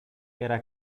era